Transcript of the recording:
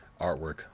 artwork